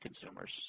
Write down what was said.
consumers